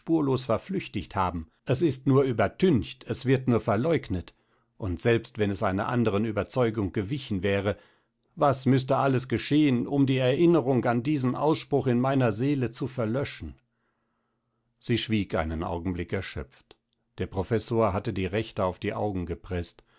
spurlos verflüchtigt haben es ist nur übertüncht es wird nur verleugnet und selbst wenn es einer anderen ueberzeugung gewichen wäre was müßte alles geschehen um die erinnerung an diesen ausspruch in meiner seele zu verlöschen sie schwieg einen augenblick erschöpft der professor hatte die rechte auf die augen gepreßt